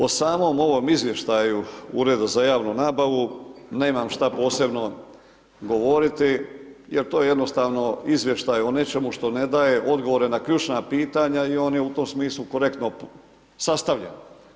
O samom ovom izvješću Ureda za javnu nabavu, nemam što posebno govoriti, jer to je jednostavno izvješća o nečemu što ne daje odgovore na ključna pitanja i on je u tom smislu, korektno sastavljen.